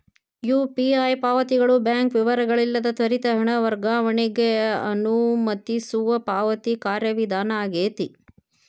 UPI ಪಾವತಿಗಳು bank ವಿವರಗಳಿಲ್ಲದ ತ್ವರಿತ ಹಣ ವರ್ಗಾವಣೆಗ ಅನುಮತಿಸುವ ಪಾವತಿ ಕಾರ್ಯವಿಧಾನ ಆಗೆತಿ